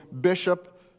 bishop